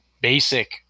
basic